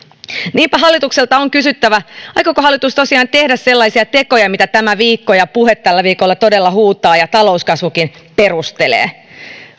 niinpä hallitukselta on kysyttävä aikooko hallitus tosiaan tehdä sellaisia tekoja mitä tämä puhe tällä viikolla todella huutaa ja talouskasvukin perustelee